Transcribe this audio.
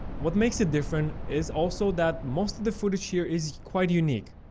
what makes it different is also that most of the footage here is quite unique,